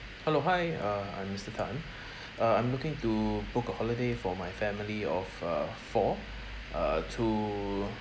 hello hi uh I'm mister tan uh I'm looking to book a holiday for my family of uh four uh to